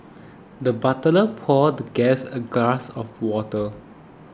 the butler poured the guest a glass of water